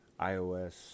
iOS